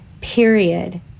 Period